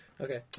Okay